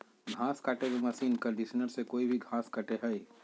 घास काटे के मशीन कंडीशनर से कोई भी घास कटे हइ